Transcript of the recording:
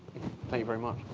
thank you very much.